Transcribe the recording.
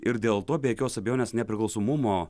ir dėl to be jokios abejonės nepriklausomumo